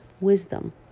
wisdom